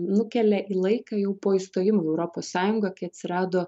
nukelia į laiką jau po įstojimo į europos sąjungą kai atsirado